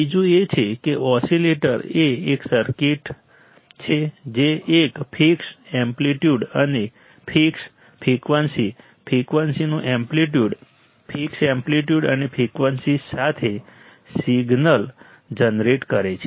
બીજું એ છે કે ઓસિલેટર એ એક સર્કિટ છે જે એક ફિક્સ્ડ એમ્પ્લિટ્યૂડ અને ફિક્સ્ડ ફ્રિકવન્સી ફ્રિકવન્સીનું એમ્પ્લિટ્યૂડ ફિક્સ્ડ એમ્પ્લિટ્યૂડ અને ફ્રિકવન્સી સાથે સિગ્નલ જનરેટ કરે છે